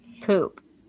Poop